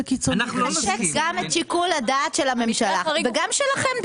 לחשק גם את שיקול הדעת של הממשלה וגם שלכם,